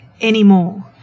anymore